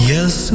Yes